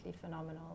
phenomenal